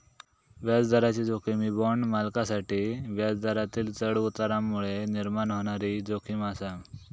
व्याजदराची जोखीम ही बाँड मालकांसाठी व्याजदरातील चढउतारांमुळे निर्माण होणारी जोखीम आसा